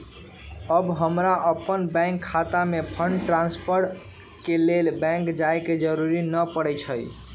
अब हमरा अप्पन बैंक खता में फंड ट्रांसफर के लेल बैंक जाय के जरूरी नऽ परै छइ